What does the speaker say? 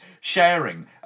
sharing